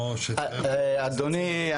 אדוני,